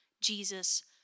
Jesus